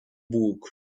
book